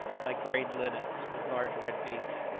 like grey linnets with large red beaks.